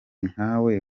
nkawe